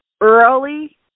early